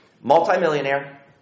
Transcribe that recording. multimillionaire